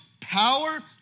power